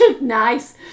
Nice